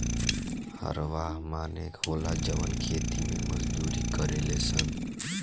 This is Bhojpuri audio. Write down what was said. हरवाह माने होला जवन खेती मे मजदूरी करेले सन